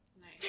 Nice